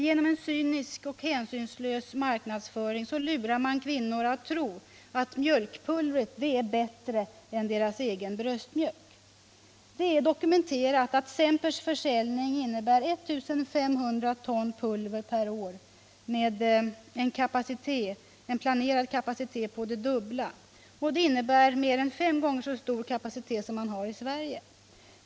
Genom en cynisk och hänsynslös marknadsföring lurar man kvinnor att tro att mjölkpulvret är bättre än deras egen bröstmjölk. Det är dokumenterat att Sempers försäljning omfattar 1 500 ton pulver per år med en planerad kapacitet på det dubbla. Det innebär mer än fem gånger så stor kapacitet som man har i Sverige.